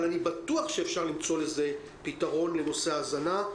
אני בטוח שאפשר למצוא פתרון לנושא ההזנה.